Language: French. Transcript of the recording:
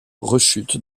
rechute